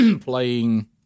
playing